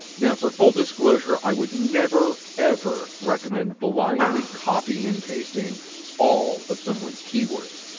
now for full disclosure i would never ever recommend blindly copying and pasting all of someone's keywords.